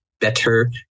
better